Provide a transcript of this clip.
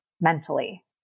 mentally